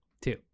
two